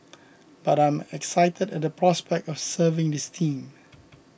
but I'm excited at the prospect of serving this team